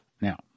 Now